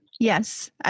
Yes